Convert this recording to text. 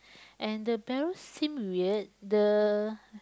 and the barrels seem weird the